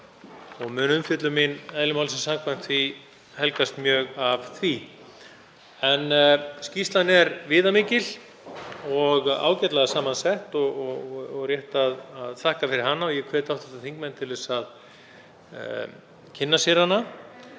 og mun umfjöllun mín eðli málsins samkvæmt helgast mjög af því. Skýrslan er viðamikil og ágætlega samansett og rétt að þakka fyrir hana og ég hvet hv. þingmenn til að kynna sér hana.